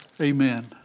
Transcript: Amen